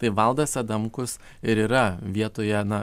tai valdas adamkus ir yra vietoje na